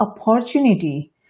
opportunity